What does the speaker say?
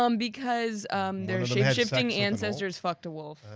um because their shape-shifting ancestors fucked a wolf.